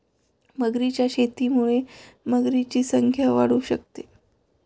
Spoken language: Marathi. मगरींच्या शेतीमुळे मगरींची संख्या वाढू शकते